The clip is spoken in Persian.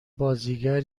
بازیگر